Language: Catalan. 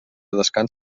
descans